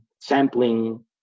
sampling